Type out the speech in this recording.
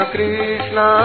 Krishna